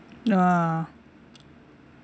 ah